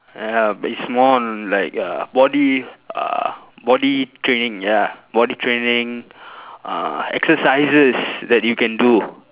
uh it's more on like uh body uh body training ya body training uh exercises that you can do